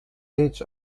each